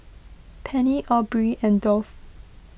Penny Aubrey and Dolph